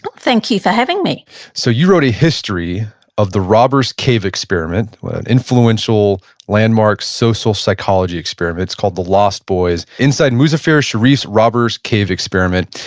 thank you for having me so you wrote a history of the robbers cave experiment, an influential landmark social psychology experiment. it's called the lost boys inside muzafer sherif's robbers cave experiment.